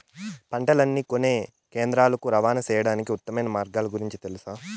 పంటలని కొనే కేంద్రాలు కు రవాణా సేయడానికి ఉత్తమమైన మార్గాల గురించి తెలుసా?